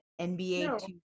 NBA